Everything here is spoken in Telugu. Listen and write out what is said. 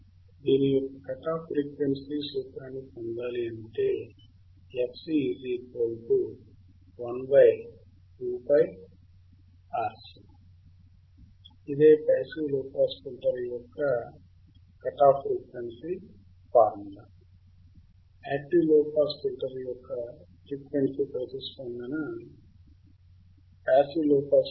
కాబట్టి సర్వసాధారణమైన low pass filter active low pass filter